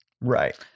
right